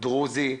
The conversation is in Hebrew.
דרוזי,